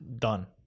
Done